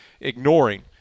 ignoring